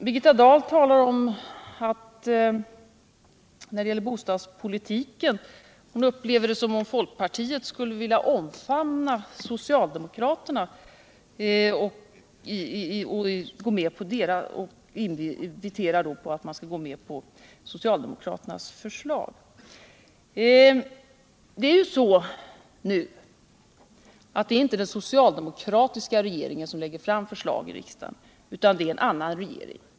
Birgitta Dahl säger att hon upplever det som om folkpartiet skulle vilja omfamna socialdemokraterna i fråga om bostadspolitiken, och hon inviterar dem att ställa sig bakom socialdemokraternas förslag. Men det är inte en socialdemokratisk regering som lägger fram förslag i riksdagen, utan en annan regering.